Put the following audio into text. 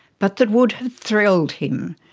but that would have thrilled him.